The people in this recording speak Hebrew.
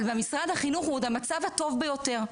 אבל במשרד החינוך זה עוד המצב הטוב ביותר.